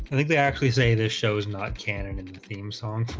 think they actually say this shows not cannon into the theme song